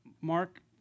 Mark